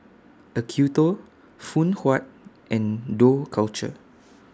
Acuto Phoon Huat and Dough Culture